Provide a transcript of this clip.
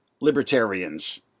libertarians